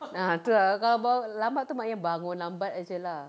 ah itu lah kalau kalau lambat tu maknanya bangun lambat saja lah